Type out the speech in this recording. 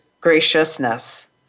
graciousness